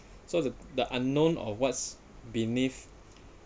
so the the unknown or what's beneath